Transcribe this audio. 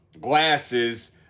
glasses